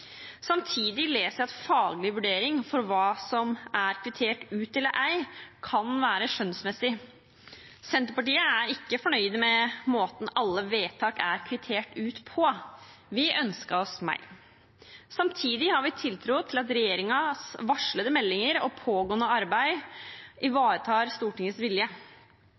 Samtidig leser jeg at en faglig vurdering av hva som er kvittert ut eller ei, kan være skjønnsmessig. Senterpartiet er ikke fornøyd med måten alle vedtak er kvittert ut på. Vi ønsket oss mer. Samtidig har vi tiltro til at regjeringens varslede meldinger og pågående arbeid ivaretar Stortingets vilje.